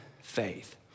faith